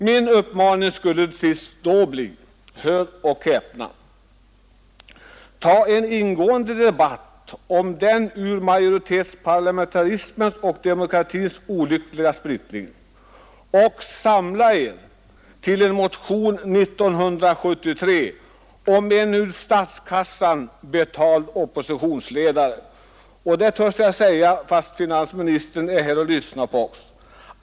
Min uppmaning skulle då till sist bli: Ta en ingående debatt om den för majoritetsparlamentarismen och demokratin olyckliga splittringen och samla er till en motion 1973 om en ur statskassan betald oppositionsledare — det törs jag säga fastän finansministern är här och lyssnar.